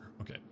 Okay